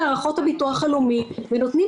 זה מישהו שמקבל קצבת נכות ובנוסף לקצבת הנכות